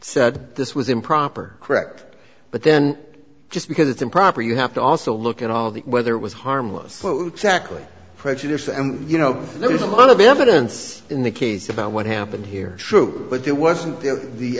said this was improper correct but then just because it's improper you have to also look at all the whether it was harmless tackling prejudice and you know there's a lot of evidence in the case about what happened here true but it wasn't there the